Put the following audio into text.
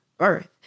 birth